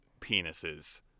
penises